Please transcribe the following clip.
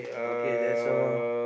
okay that's all